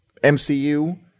MCU